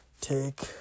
take